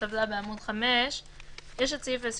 השאלה הכללית שלנו היא שראינו שיש סעיפים חדשים